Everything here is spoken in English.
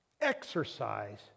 Exercise